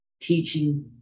teaching